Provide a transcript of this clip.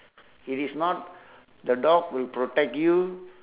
it is not the dog will protect you